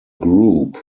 group